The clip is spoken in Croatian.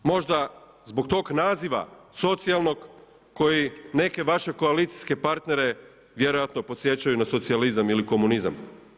Možda zbog tog naziva socijalnog koji neke vaše koalicijske partnere vjerojatno podsjećaju na socijalizam ili komunizam.